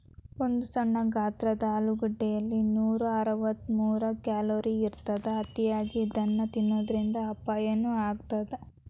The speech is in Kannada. ಒಂದು ಸಣ್ಣ ಗಾತ್ರದ ಆಲೂಗಡ್ಡೆಯಲ್ಲಿ ನೂರಅರವತ್ತಮೂರು ಕ್ಯಾಲೋರಿ ಇರತ್ತದ, ಅತಿಯಾಗಿ ಇದನ್ನ ತಿನ್ನೋದರಿಂದ ಅಪಾಯನು ಆಗತ್ತದ